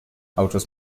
autos